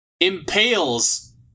impales